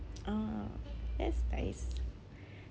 uh that's nice